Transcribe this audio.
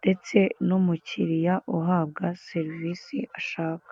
ndetse n'umukiriya uhabwa serivisi ashaka.